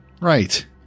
Right